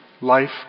life